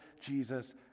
Jesus